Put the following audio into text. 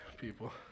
people